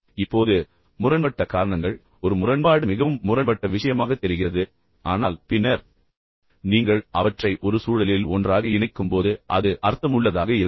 இப்போது முரண்பட்ட காரணங்கள் ஒரு முரண்பாடு மிகவும் முரண்பட்ட விஷயமாகத் தெரிகிறது ஆனால் பின்னர் நீங்கள் அவற்றைப் பார்த்து அவற்றை ஒரு சூழலில் ஒன்றாக இணைக்கும்போது அது அர்த்தமுள்ளதாக இருக்கும்